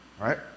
Right